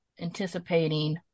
anticipating